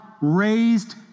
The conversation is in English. raised